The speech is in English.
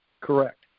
Correct